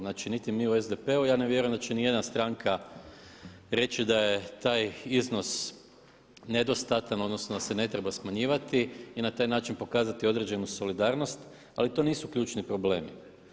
Znači niti mi u SDP-u a ja ne vjerujem da će ijedna stranka reći da je taj iznos nedostatan odnosno da se ne treba smanjivati i na taj način pokazati određenu solidarnost, ali to nisu ključni problemi.